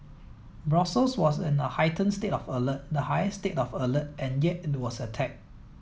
Brussels was in a heightened state of alert the highest state of alert and yet it was attacked